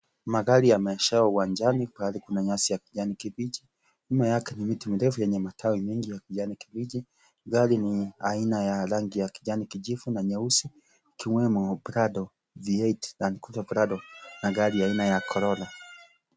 Magari yameegeshwa ugwanjani pahali kuna nyasi ya kijani kibichi, nyuma yake kuna miti mirefu yenye matawi mengi ya kijani kibichi gari ni aina ya rangi ya kijani kijivu na nyeusi ikiwemo Prado, v8 landcruiser Prado na gari aina ya collora.